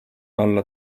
alla